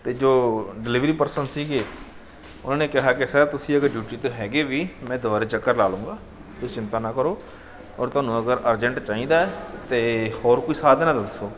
ਅਤੇ ਜੋ delivery person ਸੀਗੇ ਉਹਨਾਂ ਨੇ ਕਿਹਾ ਕਿ ਸਰ ਤੁਸੀਂ ਅਗਰ ਡਿਊਟੀ 'ਤੇ ਹੈਗੇ ਵੀ ਮੈਂ ਦੁਬਾਰਾ ਚੱਕਰ ਲਾ ਲਉਂਗਾ ਤੁਸੀਂ ਚਿੰਤਾ ਨਾ ਕਰੋ ਔਰ ਤੁਹਾਨੂੰ ਅਗਰ ਅਰਜੈਂਟ ਚਾਹੀਦਾ ਤਾਂ ਹੋਰ ਕੋਈ ਸਾਧਨ ਹੈ ਤਾਂ ਦੱਸੋ